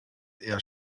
eher